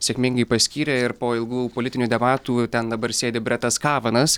sėkmingai paskyrė ir po ilgų politinių debatų ten dabar sėdi bretas kamanas